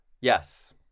Yes